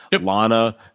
Lana